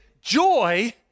joy